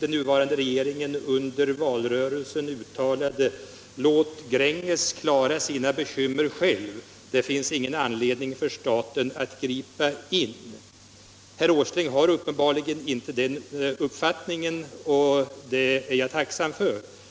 den nuvarande regeringen under valrörelsen sade: Låt Gränges klara sina bekymmer själv, det finns ingen anledning för staten att gripa in. Herr Åsling är uppenbarligen inte av den uppfattningen, och det är jag tacksam för.